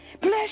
Bless